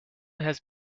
has